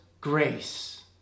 grace